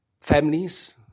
Families